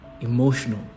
emotional